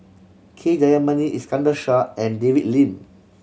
K Jayamani Iskandar Shah and David Lim